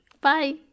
Bye